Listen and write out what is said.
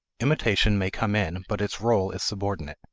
imitation may come in but its role is subordinate.